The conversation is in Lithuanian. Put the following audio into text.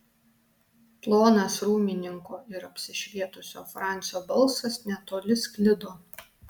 plonas rūmininko ir apsišvietusio francio balsas netoli sklido